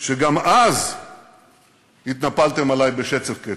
שגם אז התנפלתם עלי בשצף-קצף.